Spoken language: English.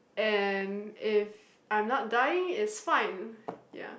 and if I'm not dying it's fine